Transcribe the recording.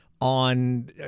On